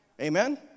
Amen